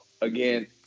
again